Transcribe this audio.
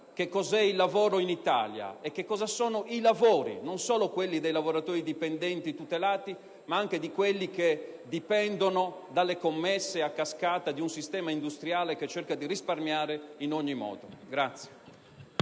cos'è il lavoro in Italia e cosa sono i lavori, non solo quelli dei lavoratori dipendenti tutelati, ma anche quelli che dipendono dalle commesse a cascata, di un sistema industriale che cerca di risparmiare in ogni modo.